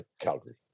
Calgary